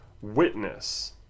witness